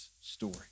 story